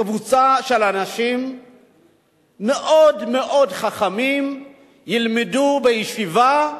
קבוצה של אנשים מאוד מאוד חכמים ילמדו בישיבה,